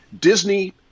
Disney